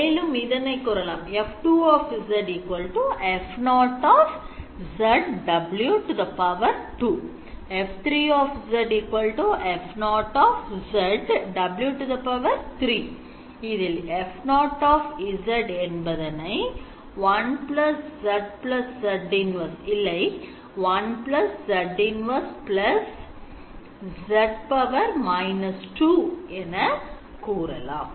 மேலும் F2 F0 F3 F0 இதில் F0 என்பதனை 1zz −1 இல்லை 1z −1 z −2 என கூறலாம்